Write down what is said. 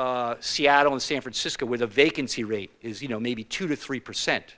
like seattle and san francisco where the vacancy rate is you know maybe two to three percent